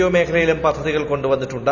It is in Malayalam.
ഒ മേഖലയിലും പദ്ധതികൾ കൊണ്ടുവന്നിട്ടുണ്ട്